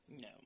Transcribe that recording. No